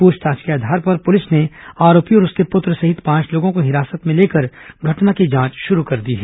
पूछताछ के आधार पर पुलिस ने आरोपी और उसके पुत्र सहित पांच लोगों को हिरासत में लेकर घटना की जांच शुरू कर दी है